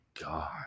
god